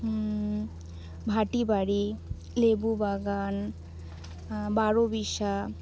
ভাটিবাড়ি লেবু বাগান বারোবিশা